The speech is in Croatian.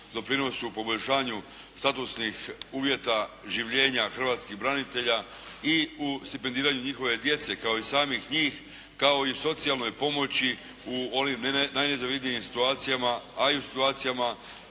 doprinosu u poboljšanju statusnih uvjeta življenja hrvatskih branitelja i u stipendiranju njihove djece kao i samih njih, kao i socijalnoj pomoći u onim najnezavidnijim situacijama, a i u situacijama